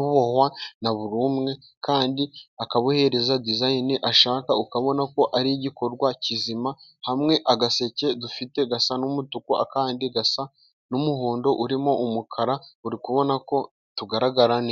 buhohwa, na buri umwe, kandi akabuhereza dizayini, ashaka ukabona ko ari igikorwa kizima, hamwe agaseke dufite gasa n'umutuku akandi gasa n'umuhondo, urimo umukara uri kubona ko tugaragara neza.